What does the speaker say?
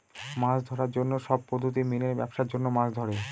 মাছ ধরার জন্য সব পদ্ধতি মেনে ব্যাবসার জন্য মাছ ধরে